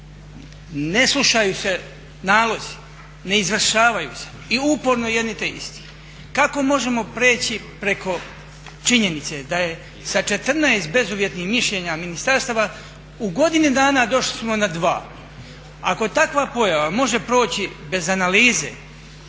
ne slušaju se nalozi, ne izvršavaju se i uporno jedni te isti. Kako možemo prijeći preko činjenice da je sa 14 bezuvjetnih mišljenja ministarstava u godini dana došli smo na 2? Ako takva pojava može proći bez analize,